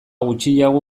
gutxiago